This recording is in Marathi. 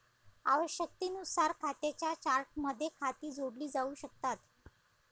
आवश्यकतेनुसार खात्यांच्या चार्टमध्ये खाती जोडली जाऊ शकतात